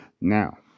Now